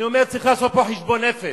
אני אומר, צריך לעשות פה חשבון נפש.